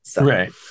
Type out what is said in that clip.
Right